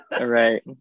Right